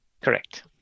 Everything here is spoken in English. correct